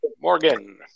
Morgan